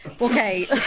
Okay